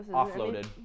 offloaded